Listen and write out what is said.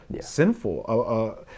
sinful